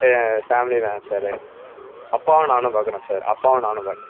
ஆ ஆ ஃபேமிலியில் தான் சாரு அப்பாவும் நானும் பார்க்குறோம் சார் அப்பாவும் நானும் தான் பார்க்குறோம்